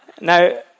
Now